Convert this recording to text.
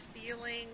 feeling